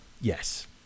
Yes